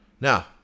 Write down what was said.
Now